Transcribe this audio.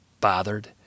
bothered